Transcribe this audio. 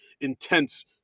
intense